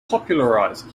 popularize